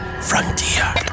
Frontier